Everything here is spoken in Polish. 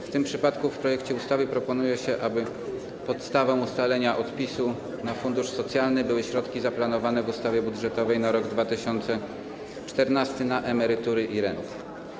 W tym przypadku w projekcie ustawy proponuje się, aby podstawą ustalenia odpisu na fundusz socjalny były środki zaplanowane w ustawie budżetowej na rok 2014 na emerytury i renty.